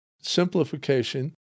simplification